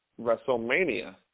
WrestleMania